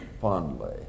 fondly